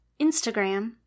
instagram